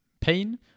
pain